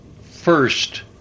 first